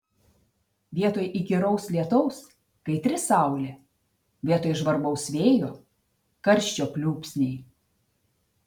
vietoj įkyraus lietaus kaitri saulė vietoj žvarbaus vėjo karščio pliūpsniai